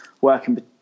working